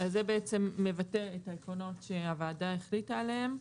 זה בעצם מבטל את העקרונות שהוועדה החליטה עליהם.